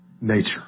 nature